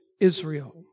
Israel